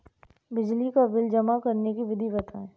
बिजली का बिल जमा करने की विधि बताइए?